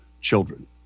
children